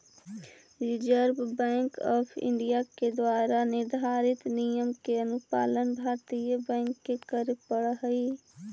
reserve Bank of India के द्वारा निर्धारित नियम के अनुपालन भारतीय बैंक के करे पड़ऽ हइ